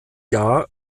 jahr